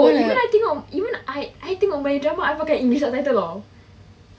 even I tengok even I I tengok malay drama I pakai english subtitle [tau]